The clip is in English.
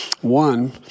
one –